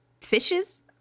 fishes